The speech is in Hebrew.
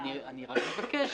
אני מבקש